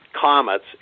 comets